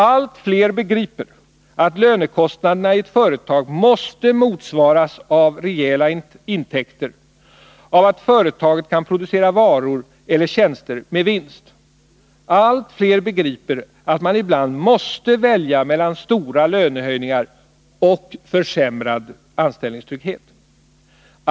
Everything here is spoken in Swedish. Allt fler begriper att lönekostnaderna i ett företag måste motsvaras av rejäla intäkter, av att företaget kan producera varor eller tjänster med vinst. Allt fler begriper att man ibland måste välja mellan stora lönehöjningar och försämrad anställningstrygghet.